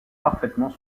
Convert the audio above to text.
parfaitement